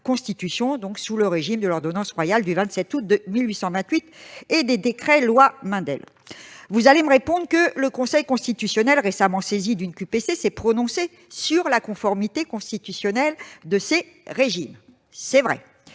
donc, sous le régime de l'ordonnance royale du 27 août 1828 et des décrets-lois Mandel. Vous allez me répondre que le Conseil constitutionnel, récemment saisi d'une QPC, s'est prononcé sur la conformité constitutionnelle de ces régimes. C'est vrai,